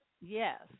Yes